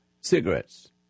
Cigarettes